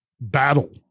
battle